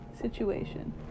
situation